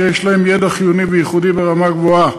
שיש להם ידע חיוני וייחודי ברמה גבוהה,